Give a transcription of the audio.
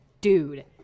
dude